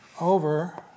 over